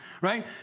right